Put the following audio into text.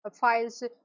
files